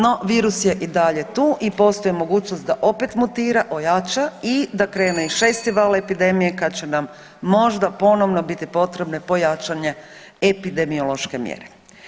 No, virus je i dalje tu i postoji mogućnost da opet mutira, ojača i da krene i šesti val epidemije kad će nam možda ponovno biti potrebne pojačane epidemiološke mjere.